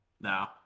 No